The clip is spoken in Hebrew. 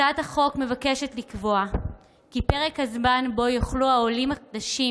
הצעת החוק מבקשת לקבוע כי פרק הזמן שבו יוכלו העולים החדשים